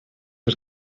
fod